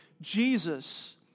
Jesus